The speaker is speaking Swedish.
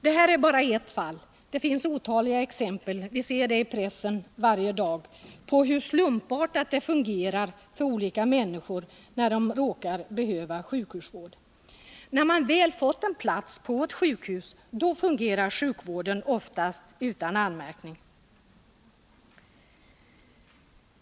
Detta är bara ett fall; det finns otaliga exempel — vi ser det i pressen varje dagpå hur slumpartat det fungerar för olika människor när de råkar behöva sjukhusvård. När man väl fått en plats på ett sjukhus, så fungerar sjukvården oftast utan anmärkning.